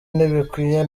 ntibikwiye